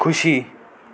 खुसी